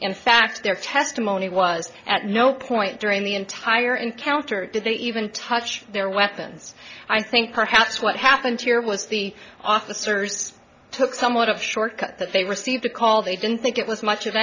in fact their testimony was at no point during the entire encounter did they even touch their weapons i think perhaps what happened here was the officers took somewhat of a short cut that they received a call they didn't think it was much of